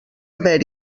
haver